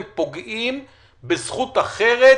הם פוגעים בזכות אחרת